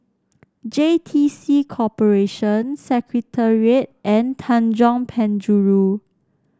J T C Corporation Secretariat and Tanjong Penjuru